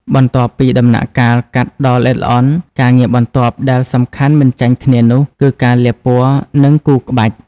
បន្ទាប់ពីដំណាក់កាលកាត់ដ៏ល្អិតល្អន់ ការងារបន្ទាប់ដែលសំខាន់មិនចាញ់គ្នានោះគឺការលាបពណ៌ និងគូរក្បាច់។